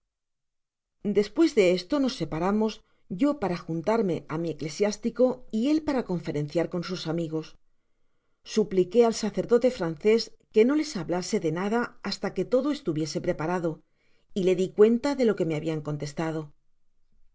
despues de esto nos separamos yo para juntarme á mi ecleciástico y él para conferenciar con sus amigos supliqué al sacerdote francés que no les hablase de nada hasta que todo estuviese preparado y le di cuenta de lo que me habian contestado